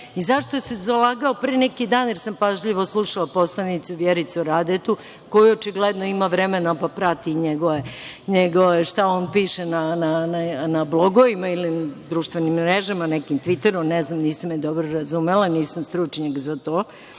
i za šta se zalagao pre neki dan, jer sam pažljivo slušala poslanicu Vjericu Radetu, koja očigledno ima vremena, pa prati šta on piše na blogovima ili društvenim mrežama, na nekom tviteru, ne znam, nisam je dobro razumela, nisam stručnjak za to,